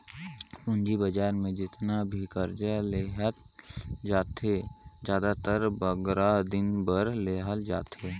पूंजी बजार में जेतना भी करजा लेहल जाथे, जादातर बगरा दिन बर लेहल जाथे